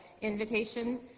invitation